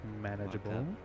Manageable